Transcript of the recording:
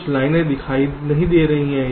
कुछ लाइनें दिखाई नहीं दे रही हैं